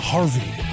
Harvey